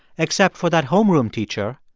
except for that homeroom teacher,